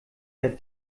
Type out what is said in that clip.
der